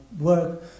work